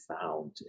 found